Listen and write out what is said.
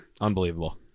unbelievable